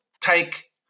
take